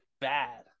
bad